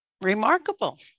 remarkable